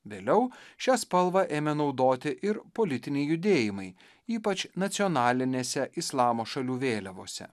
vėliau šią spalvą ėmė naudoti ir politiniai judėjimai ypač nacionalinėse islamo šalių vėliavose